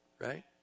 right